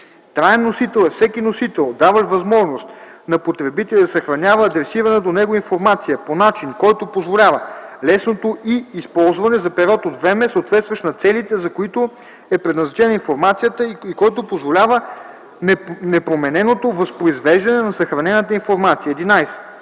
„Траен носител” е всеки носител, даващ възможност на потребителя да съхранява адресирана до него информация по начин, който позволява лесното й използване за период от време, съответстващ на целите, за които е предназначена информацията, и който позволява непромененото възпроизвеждане на съхранената информация.